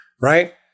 right